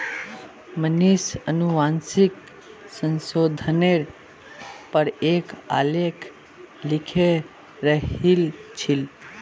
मनीष अनुवांशिक संशोधनेर पर एक आलेख लिखे रहिल छील